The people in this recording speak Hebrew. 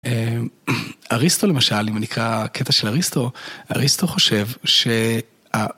אריסטו למשל, אם אני אקרא קטע של אריסטו, אריסטו חושב שה...